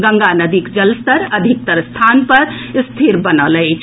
गंगा नदीक जलस्तर अधिकतर स्थान पर स्थिर बनल अछि